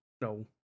No